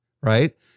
right